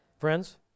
Friends